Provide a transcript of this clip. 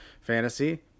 fantasy